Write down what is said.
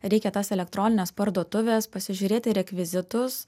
reikia tas elektronines parduotuves pasižiūrėti rekvizitus